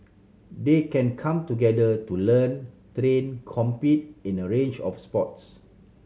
they can come together to learn train compete in a range of sports